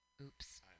Oops